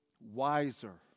wiser